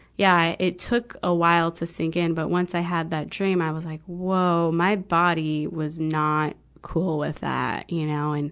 yeah, it took a while to sink it. but once i had that dream, i was like, whoa! my body was not cool with that, you know. and